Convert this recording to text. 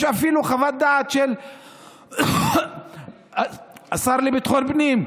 יש אפילו חוות דעת של השר לביטחון פנים.